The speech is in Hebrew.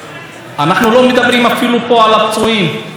יש עשרות פצועים קשה,